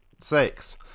Six